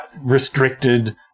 restricted